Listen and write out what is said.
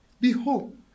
behold